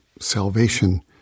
salvation